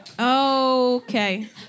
Okay